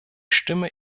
stimme